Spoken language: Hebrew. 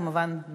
כמובן,